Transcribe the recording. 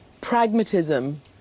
pragmatism